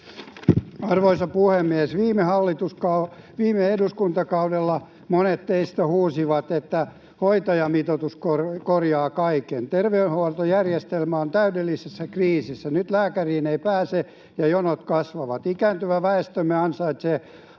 Arvoisa puhemies! Viime eduskuntakaudella monet teistä huusivat, että hoitajamitoitus korjaa kaiken. Terveydenhuoltojärjestelmä on täydellisessä kriisissä. Nyt lääkäriin ei pääse ja jonot kasvavat. Ikääntyvä väestömme ansaitsee arvokkaan